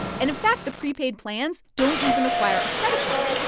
and, in fact, the prepaid plans don't even require a credit card.